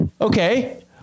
okay